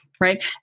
right